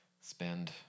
spend